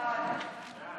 עתיד-תל"ם